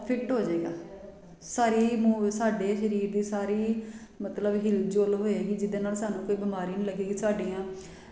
fit ਹੋ ਜਾਏਗਾ ਸਾਰੀ ਮੂਵ ਸਾਡੇ ਸਰੀਰ ਦੀ ਸਾਰੀ ਮਤਲਬ ਹਿਲ ਜੁਲ ਹੋਏਗੀ ਜਿਹਦੇ ਨਾਲ ਸਾਨੂੰ ਕੋਈ ਬਿਮਾਰੀ ਨਹੀਂ ਲੱਗੇਗੀ ਸਾਡੀਆਂ